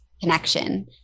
connection